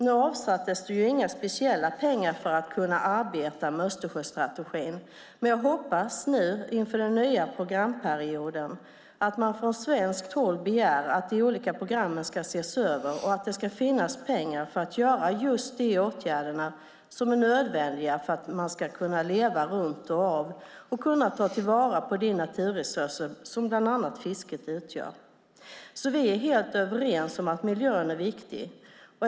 Nu avsattes det inga speciella pengar för att man skulle kunna arbeta med Östersjöstrategin. Men jag hoppas inför den nya programperioden att man från svenskt håll begär att de olika programmen ska ses över och att det ska finnas pengar för att vidta just de åtgärder som är nödvändiga för att man ska kunna leva runt Östersjön och kunna ta till vara på de naturresurser som bland annat fisket utgör. Vi är helt överens om att miljön är viktig.